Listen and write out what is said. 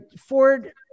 Ford